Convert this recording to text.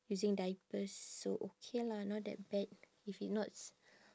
using diapers so okay lah not that bad if it not s~